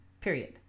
period